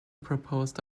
proposed